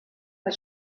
but